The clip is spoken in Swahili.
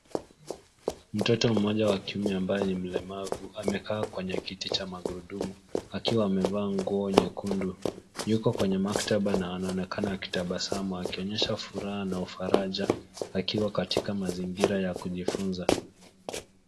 Mtoto mmoja wa kiume amabaye ni mlemavu amekaa kwenye kiti cha magurudumu akiwa amevaa nguo nyekundu. Yuko kwenye maktaba na anaonekana akitabasamu akionyesha furaha na ufaraja akiwa katika mazingira ya kujifunza.